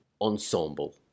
ensemble